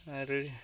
आरो